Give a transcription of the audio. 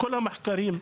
כל המחקרים,